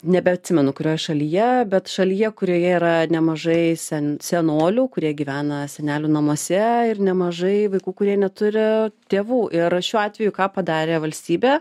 nebeatsimenu kurioj šalyje bet šalyje kurioje yra nemažai sen senolių kurie gyvena senelių namuose ir nemažai vaikų kurie neturi tėvų ir šiuo atveju ką padarė valstybė